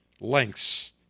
lengths